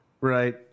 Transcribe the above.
Right